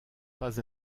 pas